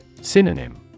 Synonym